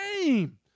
game